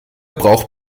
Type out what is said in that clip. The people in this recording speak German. braucht